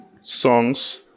songs